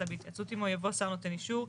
נעשתה בהתייעצות עמו יבוא שר נותן אישר.